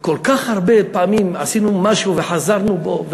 כל כך הרבה פעמים עשינו משהו וחזרנו ממנו.